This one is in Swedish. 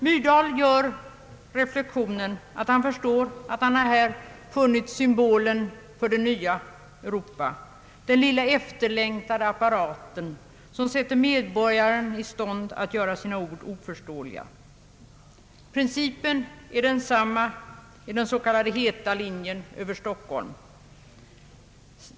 Myrdal gör reflexionen att han förstår att han här har funnit symbolen för det nya Europa: den lilla efterlängtade apparaten som sätter medborgaren i stånd att göra sina ord oförståeliga. Principen är densamma i den s.k. heta linjen över Stockholm.